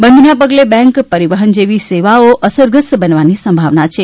બંધના પગલે બેન્ક પરિવહન જેવી સેવાઓ અસરગ્રસ્ત બનવાની સંભાવના છે